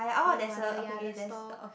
grandmother ya the store